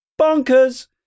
bonkers